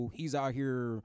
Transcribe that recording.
he's-out-here